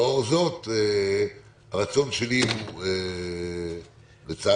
לאור זאת, הרצון שלי לצערי